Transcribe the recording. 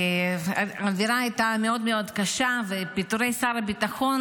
האווירה הייתה מאוד מאוד קשה ופיטורי שר הביטחון